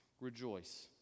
rejoice